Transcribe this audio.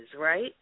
right